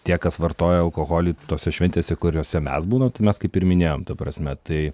tie kas vartoja alkoholį tose šventėse kuriose mes būnam tai mes kaip ir minėjom ta prasme tai